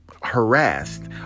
harassed